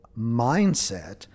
mindset